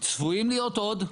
צפויים להיות עוד,